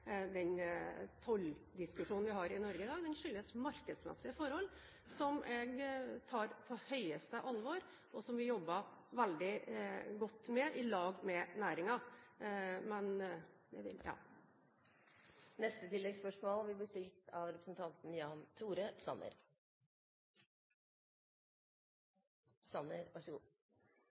skyldes markedsmessige forhold som jeg tar på høyeste alvor, og som vi jobber veldig godt med, sammen med næringen. Jan Tore Sanner – til oppfølgingsspørsmål. Jeg